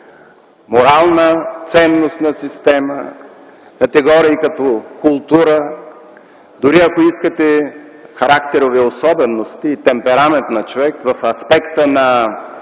морална ценностна система, категории като култура, дори, ако искате, характерови особености и темперамент на човек в аспекта на